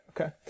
okay